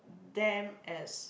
them as